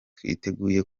twiteguye